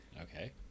Okay